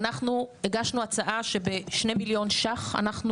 אנחנו הגשנו הצעה שב-2 מיליון שקלים אנחנו